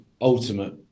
ultimate